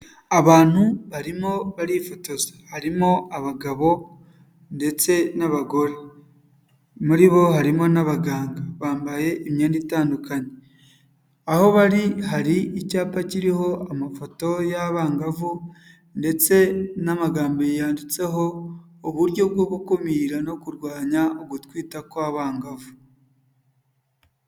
Abantu barimo barifotoza, harimo abagabo ndetse n'abagore, muri bo harimo n'abaganga, bambaye imyenda itandukanye aho bari, hari icyapa kiriho amafoto y'abangavu ndetse n'amagambo yanditseho uburyo bwo gukumira no kurwanya ugutwita kw'abangavu.